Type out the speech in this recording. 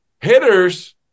hitters